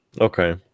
okay